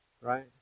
right